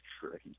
great